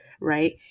right